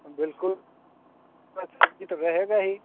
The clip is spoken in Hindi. बिल्कुल सब्ज़ी तो रहेगा ही